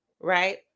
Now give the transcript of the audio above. right